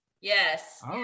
yes